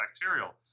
bacterial